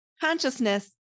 consciousness